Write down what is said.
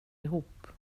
ihop